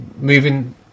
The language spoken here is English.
moving